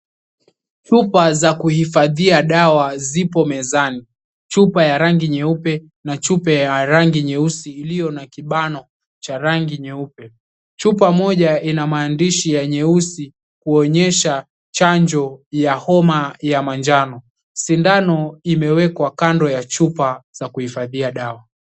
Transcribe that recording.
Chupa za kuhifadhia dawa zipo mezani. Chupa ya rangi nyeupe na chupa ya rangi nyeusi iliyo na kibano cha rangi nyeupe. Chupa moja ina maandishi ya nyeusi kuonyesha chanjo ya homa ya manjano. Sindano imewekwa kando ya chupa za kuhifadhia dawa.